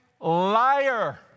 liar